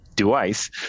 device